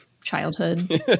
childhood